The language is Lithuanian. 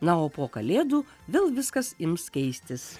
na o po kalėdų vėl viskas ims keistis